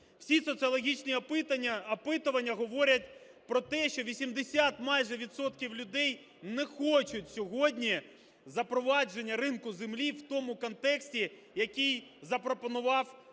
Всі соціологічні опитування говорять про те, що 80 майже відсотків людей не хочуть сьогодні запровадження ринку землі в тому контексті, який запропонував аграрний